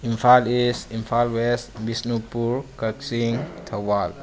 Imphal east Imphal west Bishnupur Kakching Thoubal